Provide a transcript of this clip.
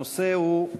הנושא הוא: